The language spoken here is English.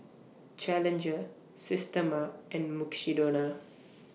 Challenger Systema and Mukshidonna